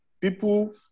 People